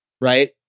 right